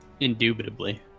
Indubitably